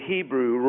Hebrew